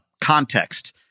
Context